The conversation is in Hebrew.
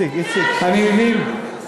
למה?